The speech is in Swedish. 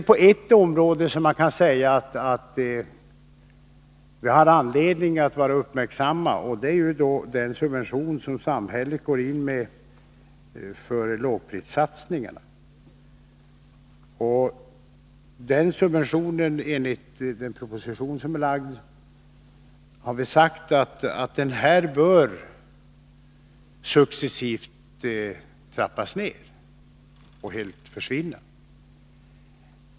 På ett område har vi anledning att vara uppmärksamma. Det gäller de av samhället subventionerade lågprissatsningarna. I propositionen har vi sagt att dessa subventioner successivt bör trappas ned för att så småningom helt försvinna.